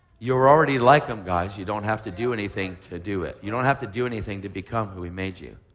you're already like him, guys. you don't have to do anything to do it. you don't have to do anything to become who he made you.